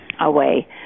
away